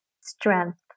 strength